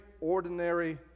ordinary